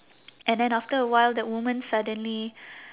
and then after a while the woman suddenly